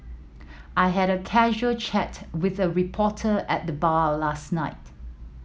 I had a casual chat with a reporter at the bar of last night